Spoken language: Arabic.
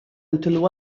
تلو